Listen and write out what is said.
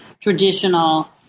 traditional